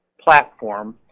platform